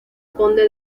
conde